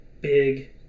big